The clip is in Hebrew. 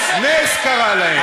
נס, נס קרה להם.